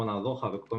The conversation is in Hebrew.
נעזור לך וכדו',